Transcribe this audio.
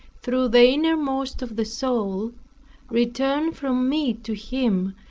through the innermost of the soul returned from me to him,